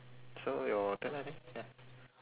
so your turn I think ya